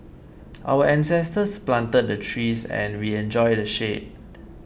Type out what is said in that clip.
our ancestors planted the trees and we enjoy the shade